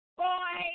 boy